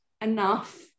enough